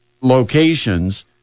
locations